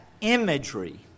imagery